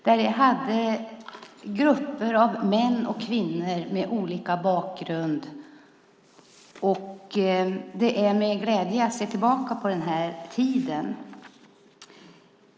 Vi hade grupper av män och kvinnor med olika bakgrund, och det är med glädje jag ser tillbaka på den tiden.